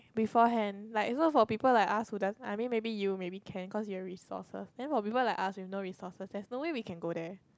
beforehand like so people for us who doesn't I mean maybe you maybe can cause you have resources then people for us who have no resources there's no way we can go there